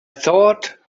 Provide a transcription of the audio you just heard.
thought